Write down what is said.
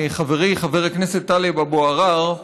חברי חבר הכנסת טלב אבו עראר,